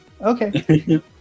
Okay